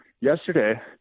yesterday